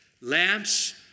Lamps